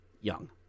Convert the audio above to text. Young